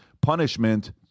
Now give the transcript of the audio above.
punishment